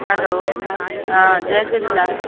हलो हा जय झूलेलाल